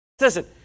Listen